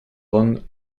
von